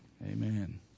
amen